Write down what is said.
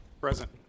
Present